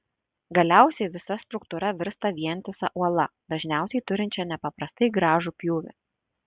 galiausiai visa struktūra virsta vientisa uola dažniausiai turinčia nepaprastai gražų pjūvį